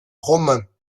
romain